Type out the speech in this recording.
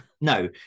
No